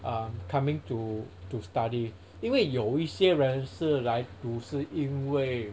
um coming to to study 因为有一些人是来读是因为